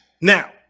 Now